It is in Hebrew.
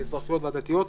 האזרחיות והדתיות,